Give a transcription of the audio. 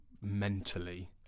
mentally